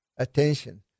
attention